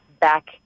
back